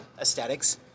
aesthetics